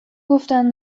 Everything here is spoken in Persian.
گفتن